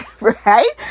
right